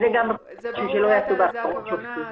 זה ברור, לא לזה הייתה הכוונה.